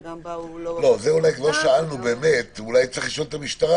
אולי צריך לשאול את המשטרה,